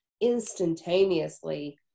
instantaneously